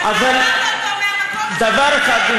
דבר אחד,